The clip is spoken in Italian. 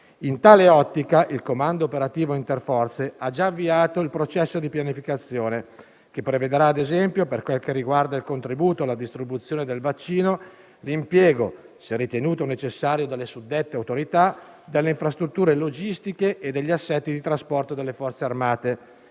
In tale ottica, il Comando operativo interforze ha già avviato il processo di pianificazione, che prevedrà - per quel che riguarda il contributo alla distribuzione del vaccino - l'impiego, se ritenuto necessario dalle suddette autorità, delle infrastrutture logistiche e degli assetti di trasporto delle Forze armate;